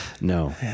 No